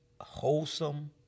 wholesome